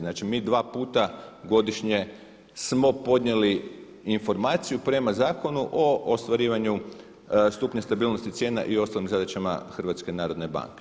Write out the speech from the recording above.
Znači mi dva puta godišnje smo podnijeli informaciju prema Zakonu o ostvarivanju stupnju stabilnosti cijena i ostalim zadaćama HNB-a.